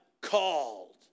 called